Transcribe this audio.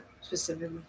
specifically